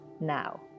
now